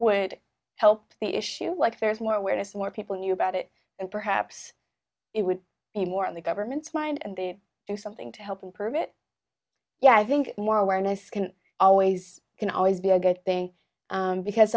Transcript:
would help the issue like there's more awareness more people knew about it and perhaps it would be more in the government's mind and they do something to help improve it yeah i think more awareness can always can always be a good thing because